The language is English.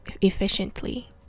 efficiently